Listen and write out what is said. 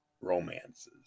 romances